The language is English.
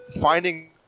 finding